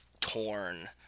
torn